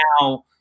now